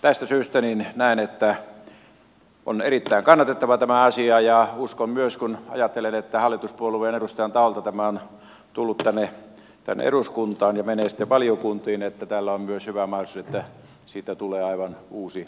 tästä syystä näen että on erittäin kannatettava tämä asia ja uskon myös kun ajattelen että hallituspuolueen edustajan taholta tämä on tullut tänne eduskuntaan ja menee sitten valiokuntiin että tällä on myös hyvä mahdollisuus että siitä tulee aivan uusi oikeudenmukainen laki